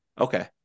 Okay